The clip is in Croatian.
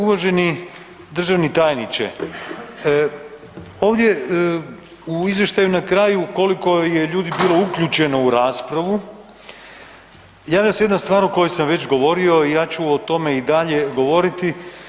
Uvaženi državni tajniče, ovdje u izvještaju na kraju koliko je ljudi bilo uključeno u raspravu, javlja se jedna stvar o kojoj sam već govorio i ja ću o tome i dalje govoriti.